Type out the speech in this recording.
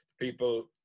people